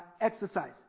exercise